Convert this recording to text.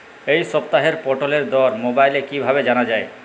এই সপ্তাহের পটলের দর মোবাইলে কিভাবে জানা যায়?